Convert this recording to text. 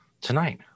tonight